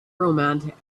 romantic